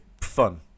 fun